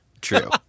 True